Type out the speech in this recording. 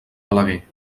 balaguer